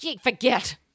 Forget